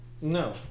No